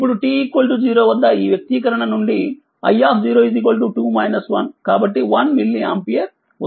ఇప్పుడుt0వద్ద ఈ వ్యక్తీకరణ నుండిi 2 1 కాబట్టి 1మిల్లిఆంపియర్ వస్తుంది